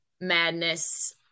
madness